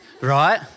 right